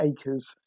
acres